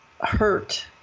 hurt